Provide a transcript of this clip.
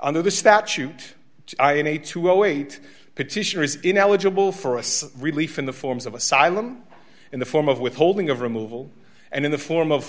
under the statute i need to await petitioners in eligible for a some relief in the forms of asylum in the form of withholding of removal and in the form of